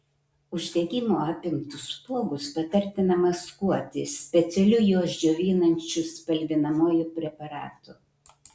uždegimo apimtus spuogus patartina maskuoti specialiu juos džiovinančiu spalvinamuoju preparatu